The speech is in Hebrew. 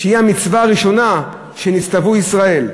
המצווה הראשונה שנצטוו ישראל.